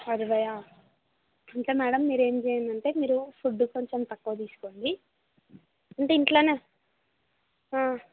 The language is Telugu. అరవైయా అంటే మ్యాడమ్ మీరు ఏం చేయాలి అంటే మీరు ఫుడ్ కొంచెం తక్కువ తీసుకోండి అంటే ఇంట్లోనే